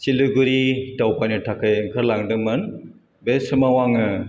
चिलिगुरि दावबायनो थाखाय ओंखारलांदोंमोन बे समाव आङो